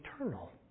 eternal